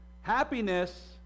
Happiness